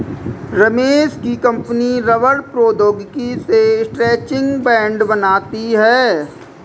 रमेश की कंपनी रबड़ प्रौद्योगिकी से स्ट्रैचिंग बैंड बनाती है